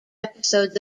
episodes